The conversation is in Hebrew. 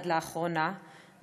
עד לאחרונה,